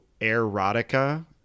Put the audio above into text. erotica